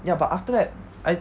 ya but after that I